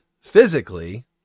physically